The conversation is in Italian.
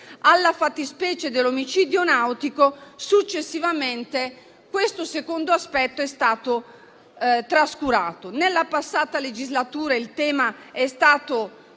alla fattispecie dell'omicidio nautico, successivamente questo secondo aspetto è stato trascurato. Nella passata legislatura il tema è stato